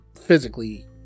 physically